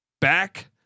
back